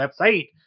website